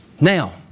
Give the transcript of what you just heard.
Now